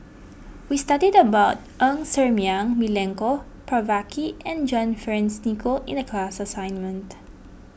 we studied about Ng Ser Miang Milenko Prvacki and John Fearns Nicoll in the class assignment